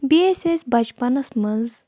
بیٚیہِ ٲسۍ أسۍ بَچپَنَس منٛز